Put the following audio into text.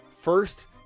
first